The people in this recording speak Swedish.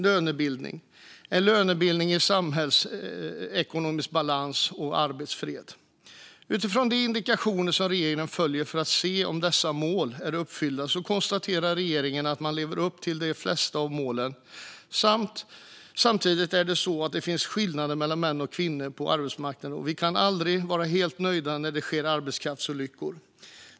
Det tredje är en lönebildning i samhällsekonomisk balans och arbetsfred. Utifrån de indikatorer som regeringen följer för att se om dessa mål är uppfyllda konstaterar regeringen att man lever upp till de flesta av målen. Samtidigt finns det skillnader mellan män och kvinnor på arbetsmarknaden, och vi kan aldrig vara helt nöjda när det sker arbetskraftsolyckor.